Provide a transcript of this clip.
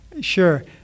sure